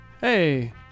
hey